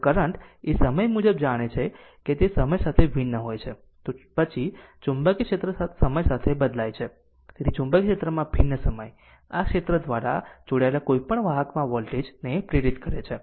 જો કરંટ એ સમય મુજબ જાણે છે કે તે સમય સાથે ભિન્ન હોય છે તો પછી ચુંબકીય ક્ષેત્ર સમય સાથે બદલાય છે તેથી ચુંબકીય ક્ષેત્રમાં ભિન્ન સમય આ ક્ષેત્ર દ્વારા જોડાયેલા કોઈપણ વાહકમાં વોલ્ટેજ પ્રેરિત કરે છે